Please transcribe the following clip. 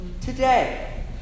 today